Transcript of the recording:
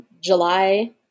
July